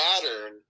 pattern